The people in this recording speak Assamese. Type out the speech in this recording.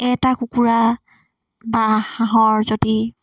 এটা কুকুৰা বা হাঁহৰ যদি